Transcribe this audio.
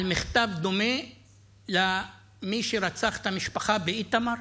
מכתב דומה למי שרצח את המשפחה באיתמר?